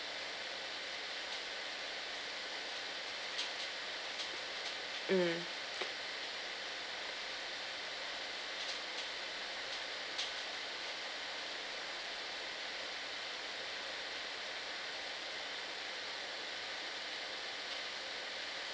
mm